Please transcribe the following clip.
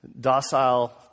docile